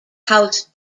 house